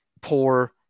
poor